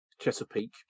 Chesapeake